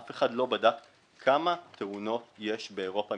אף אחד לא בדק כמה תאונות יש באירופה מפיגומים.